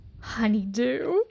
Honeydew